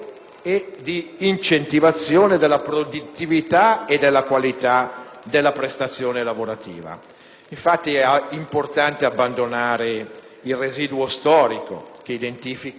e dell'incentivazione della produttività e della qualità della prestazione lavorativa. È infatti importante abbandonare il residuo storico che identifica